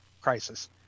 crisis